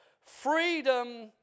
Freedom